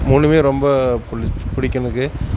மூணுமே ரொம்ப பிடி பிடிக்கும் எனக்கு